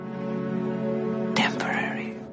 Temporary